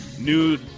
new